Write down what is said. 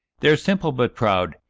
they are simple but proud,